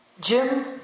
Jim